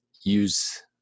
use